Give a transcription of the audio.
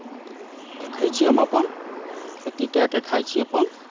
देखै छी हम अपन खेती कए कऽ खाइ छी अपन